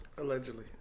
Allegedly